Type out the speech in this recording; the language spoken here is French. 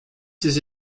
ses